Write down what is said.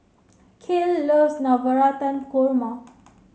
Cale loves Navratan Korma